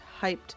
hyped